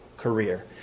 career